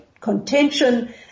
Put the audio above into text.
contention